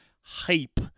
hype